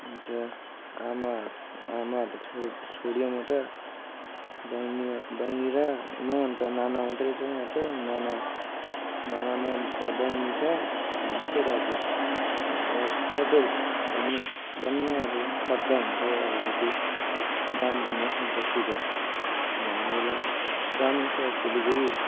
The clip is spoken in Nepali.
अन्त आमा आमाहरूले छोड् छोडियो म त बैनी बैनी र म अन्त नाना मात्रै छ यहाँ त नाना नाना म अन्त बैनी छ यहाँ बसिरहेको छु र तपाईँहरू भन्नु भन्नु अब खर्च हुन्छ अब कति दाम भन्नुहोस् न ट्याक्सीको यहाँ हामीलाई जानु छ सिलगढी